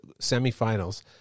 semifinals